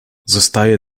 zostaje